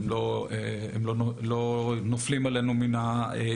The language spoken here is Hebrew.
הם לא נופלים עלינו מהירח.